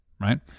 right